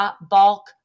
bulk